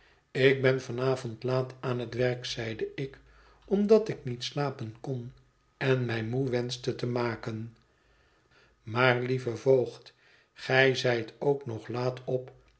ik ben van avond laat aan het werk zeide ik omdat ik niet slapen kon en mij moe wenschte te maken maar lieve voogd gij zijt ook nog laat op